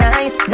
Nice